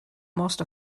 most